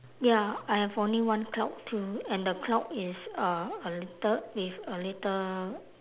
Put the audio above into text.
ya I have only one cloud too and the cloud is uh a little with a little